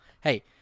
hey